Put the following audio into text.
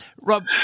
Rob